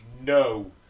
no